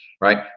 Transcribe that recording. right